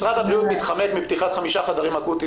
משרד הבריאות מתחמק מפתיחת חמישה חדרים אקוטיים